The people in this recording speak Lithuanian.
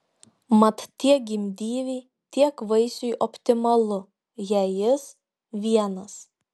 mat tiek gimdyvei tiek vaisiui optimalu jei jis vienas